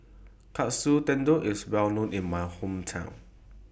Katsu Tendon IS Well known in My Hometown